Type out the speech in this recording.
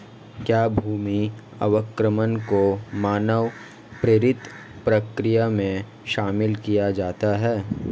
क्या भूमि अवक्रमण को मानव प्रेरित प्रक्रिया में शामिल किया जाता है?